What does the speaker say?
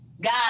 God